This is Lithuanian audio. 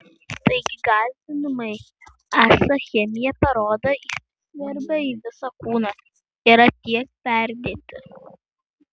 taigi gąsdinimai esą chemija per odą įsiskverbia į visą kūną yra kiek perdėti